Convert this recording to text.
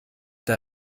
der